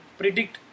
predict